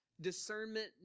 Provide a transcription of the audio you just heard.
Discernment